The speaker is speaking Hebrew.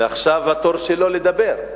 ועכשיו התור שלו לדבר.